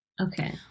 Okay